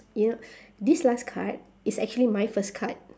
this last card is actually my first card